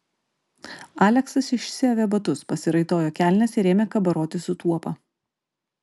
aleksas išsiavė batus pasiraitojo kelnes ir ėmė kabarotis į tuopą